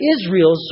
Israel